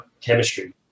chemistry